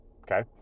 Okay